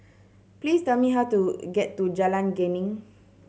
please tell me how to get to Jalan Geneng